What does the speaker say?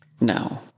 No